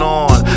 on